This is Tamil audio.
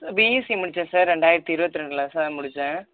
பிஎஸ்சி முடித்தேன் சார் ரெண்டாயிரத்தி இருபத்தி ரெண்டில் தான் சார் முடித்தேன்